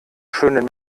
schönen